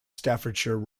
staffordshire